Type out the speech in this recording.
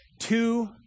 Two